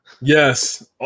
Yes